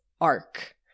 arc